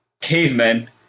cavemen